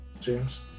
James